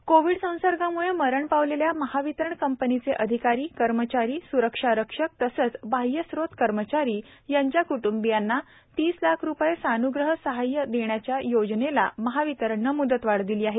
Mahavitaran Covid संसर्गाम्ळे मरण पावलेले महावितरण कंपनीचे अधिकारी कर्मचारी सुरक्षारक्षक तसंच बाह्यस्रोत कर्मचारी यांच्या कुटुंबियांना तीस लाख रुपये सान्ग्रह सहाय्य देण्याच्या योजनेला महावितरणने म्दतवाढ दिली आहे